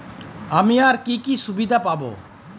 আমি আর কি কি সুবিধা পাব?